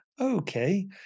Okay